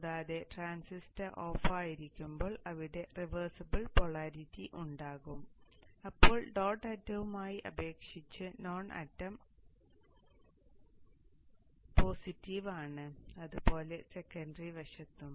കൂടാതെ ട്രാൻസിസ്റ്റർ ഓഫായിരിക്കുമ്പോൾ അവിടെ റിവേഴ്സിബിൾ പോളാരിറ്റി ഉണ്ടാകും അപ്പോൾ ഡോട്ട് അറ്റവുമായി അപേക്ഷിച്ച് നോൺ ഡോട്ട് അറ്റം പോസിറ്റീവ് ആണ് അതുപോലെ സെക്കൻഡറി വശത്തും